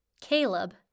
Caleb